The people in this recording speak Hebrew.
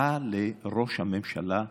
הבטחה לראש הממשלה החליפי,